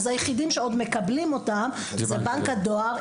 אז היחידים שעוד מקבלים אותם זה בנק הדואר.